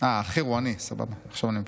אהה, האחר הוא אני, סבבה, עכשיו אני מבין.